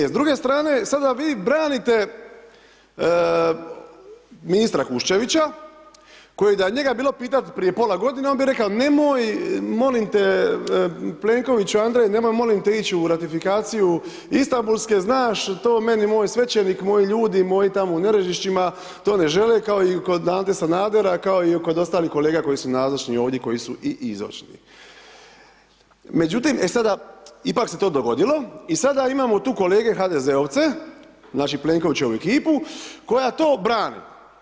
E sa druge strane sada vi branite ministra Kuščevića koji da je njega bilo pitati prije pola godine on bi rekao nemoj molim te Plenkoviću Andrej nemoj molim te ići u ratifikaciju Istanbulske znaš to meni moj svećenik, moji ljudi, moji tamo u Nerežišćima to ne žele kao i kod Ante Sanadera kao i kod ostalih kolega koji su nazočni ovdje koji su i ... Međutim, e sada ipak se to dogodilo i sada imamo tu kolege HDZ-ovce, znači Plenkovićevu ekipu koja to brani.